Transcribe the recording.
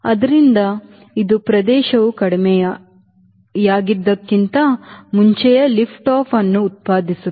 ಆದ್ದರಿಂದ ಇದು ಪ್ರದೇಶವು ಕಡಿಮೆಯಾಗಿದ್ದಕ್ಕಿಂತ ಮುಂಚೆಯೇ ಲಿಫ್ಟ್ ಅನ್ನು ಉತ್ಪಾದಿಸುತ್ತದೆ